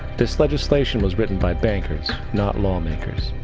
this legislation was written by bankers, not law-makers.